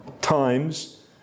times